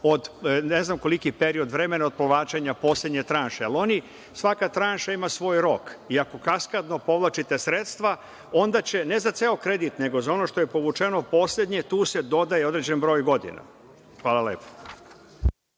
ne znam koliki period od vremena povlačenja poslednje tranše. Svaka tranša ima svoj rok i ako kaskadno povlačite sredstva, onda će ne za ceo kredit, nego za ono što je povučeno poslednje, tu se dodaje određen broj godina. Hvala.